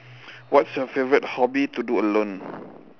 what's your favorite hobby to do alone